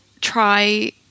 try